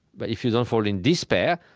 but if you don't fall in despair,